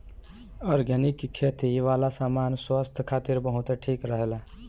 organic खेती वाला सामान स्वास्थ्य खातिर बहुते ठीक रहेला